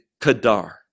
Kadar